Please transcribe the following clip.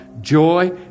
joy